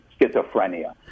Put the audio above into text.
schizophrenia